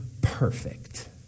perfect